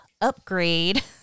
Upgrade